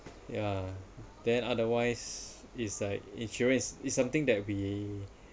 yeah then otherwise is like insurance is is something that we